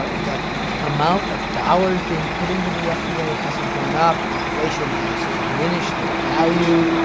the amount of dollars being put into the fda hasn't gone up. inflation has diminished their value.